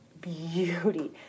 Beauty